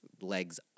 legs